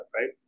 right